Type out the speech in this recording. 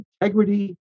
integrity